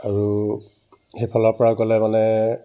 আৰু সেইফালৰ পৰা গ'লে মানে